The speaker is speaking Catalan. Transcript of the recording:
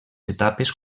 etapes